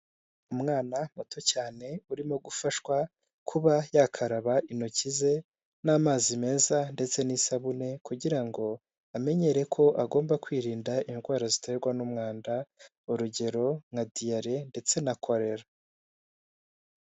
Umwana muto cyane urimo gufashwa kuba yakaraba intoki ze n'amazi meza ndetse n'isabune, kugira ngo amenyere ko agomba kwirinda indwara ziterwa n'umwanda, urugero nka diare ndetse na kolera.